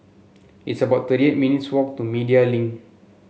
it's about thirty eight minutes' walk to Media Link